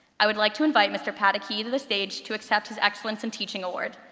i would like to invite mr. pataky to the stage to accept his excellence in teaching award.